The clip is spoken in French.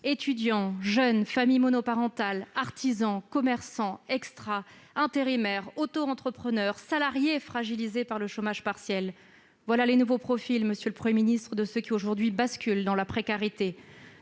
Étudiants, jeunes, familles monoparentales, artisans, commerçants, extras, intérimaires, autoentrepreneurs, salariés fragilisés par le chômage partiel, voilà les nouveaux profils de ceux qui, aujourd'hui, basculent dans la précarité,